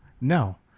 No